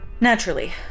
Naturally